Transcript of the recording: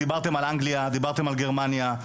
דיברתם על אנגליה, דיברתם על גרמניה.